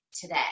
today